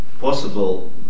possible